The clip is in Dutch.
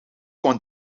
kon